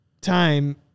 time –